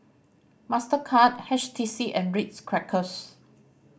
Mastercard H T C and Ritz Crackers